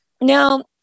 Now